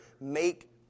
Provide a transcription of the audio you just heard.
...make